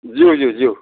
जिउ जिउ जिउ